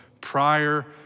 prior